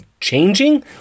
changing